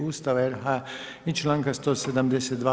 Ustava RH i članka 172.